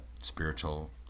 spiritual